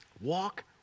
Walk